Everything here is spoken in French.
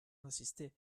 d’insister